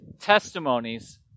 testimonies